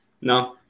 no